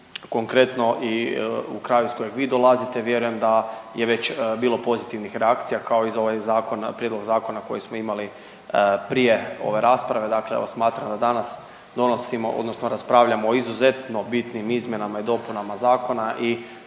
konkretno i u kraju iz kojeg vi dolazite, vjerujem da je već bilo pozitivnih reakcija, kao i za ovaj zakon, prijedlog zakona koji smo imali prije ove rasprave, dakle evo smatram da danas donosimo, odnosno raspravljamo o izuzetno bitnim izmjenama i dopunama zakona i